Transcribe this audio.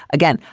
again,